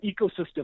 ecosystem